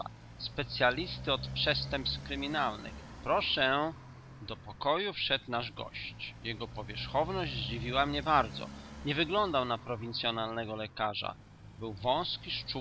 specyalisty od przestępstw kryminalnych proszę do pokoju wszedł nasz gość jego powierzchowność zdziwiła mnie bardzo nie wyglądał na prowincyonalnego lekarza był wysoki